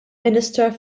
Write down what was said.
minister